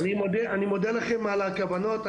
אני מודה לכם על הכוונות.